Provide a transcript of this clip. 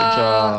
good job